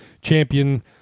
champion